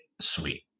sweet